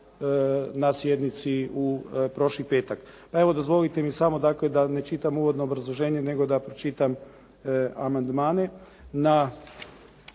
na sjednici u prošli petak. Pa evo dozvolite mi samo dakle, da ne čitam uvodno obrazloženje nego da pročitam amandmane